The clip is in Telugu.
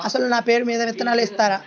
అసలు నా పేరు మీద విత్తనాలు ఇస్తారా?